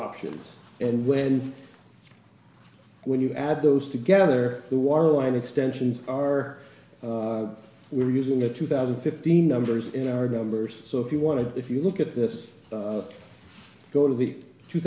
options and when when you add those together the waterline extensions are we are using a two thousand fifteen numbers in our numbers so if you want to if you look at this go to the two